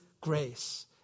grace